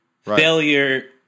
Failure